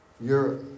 Europe